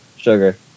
Sugar